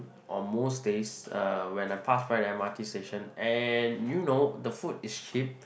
on most days uh when I pass by the m_r_t station and you know the food is cheap